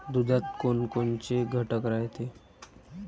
दुधात कोनकोनचे घटक रायते?